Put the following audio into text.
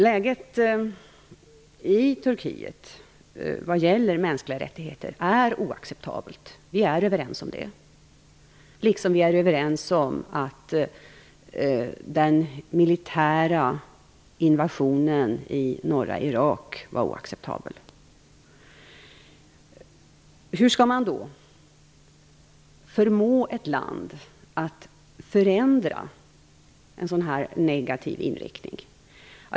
Läget i Turkiet vad gäller mänskliga rättigheter är oacceptabelt. Vi är överens om det, liksom vi är överens om att den militära inventionen i norra Irak var oacceptabel. Hur skall man förmå ett land att förändra en sådan här negativ inriktning?